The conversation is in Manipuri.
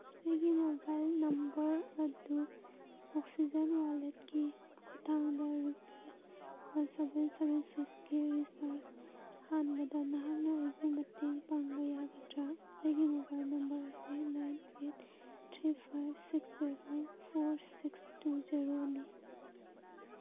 ꯑꯩꯒꯤ ꯃꯣꯕꯥꯏꯜ ꯅꯝꯕꯔ ꯑꯗꯨ ꯑꯣꯛꯁꯤꯖꯦꯟ ꯋꯥꯂꯦꯠꯀꯤ ꯈꯨꯊꯥꯡꯗ ꯔꯨꯄꯤꯁ ꯋꯥꯟ ꯁꯚꯦꯟ ꯁꯚꯦꯟ ꯁꯤꯛꯁꯀꯤ ꯔꯤꯆꯥꯔꯖ ꯍꯥꯟꯕꯗ ꯅꯍꯥꯛꯅ ꯑꯩꯕꯨ ꯃꯇꯦꯡ ꯄꯥꯡꯕ ꯌꯥꯒꯗ꯭ꯔꯥ ꯑꯩꯒꯤ ꯃꯣꯕꯥꯏꯜ ꯅꯝꯕꯔ ꯑꯁꯤ nine eight three five six zero four six two ꯖꯦꯔꯣꯅꯤ